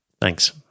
Thanks